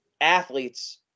athletes